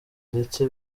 ndetse